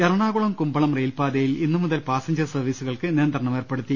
എറണാകുളം കുമ്പളം റെയിൽപാതയിൽ ഇന്നുമുതൽ പാസഞ്ചർ സർവീസുകൾക്ക് നിയന്ത്രണം ഏർപ്പെടുത്തി